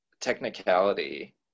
technicality